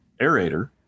aerator